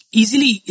easily